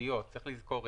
ושיתייחסו אליהם,